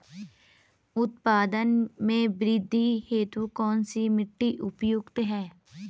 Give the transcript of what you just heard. उत्पादन में वृद्धि हेतु कौन सी मिट्टी उपयुक्त है?